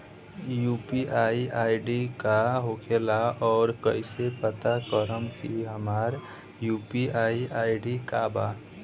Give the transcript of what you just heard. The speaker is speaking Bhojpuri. यू.पी.आई आई.डी का होखेला और कईसे पता करम की हमार यू.पी.आई आई.डी का बा?